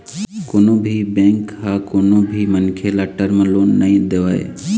कोनो भी बेंक ह कोनो भी मनखे ल टर्म लोन नइ देवय